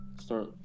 start